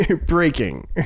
Breaking